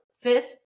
fifth